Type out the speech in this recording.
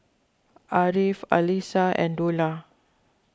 Ariff Alyssa and Dollah